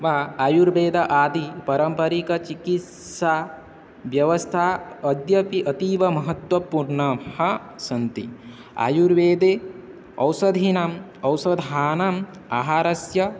वा आयुर्वेद आदि परम्परिकचिकित्साव्यवस्थाः अद्यपि अतीव महत्वपूर्णाः सन्ति आयुर्वेदे ओषधिनाम् औषधानाम् आहारस्य